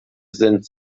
sind